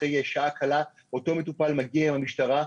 אחרי שעה קלה אותו מטופל מגיע עם המשטרה,